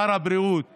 שר הבריאות לשעבר,